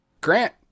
Grant